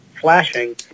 flashing